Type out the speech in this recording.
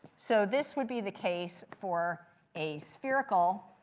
so this would be the case for a spherical